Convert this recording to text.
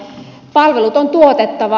palvelut on tuotettava